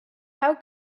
how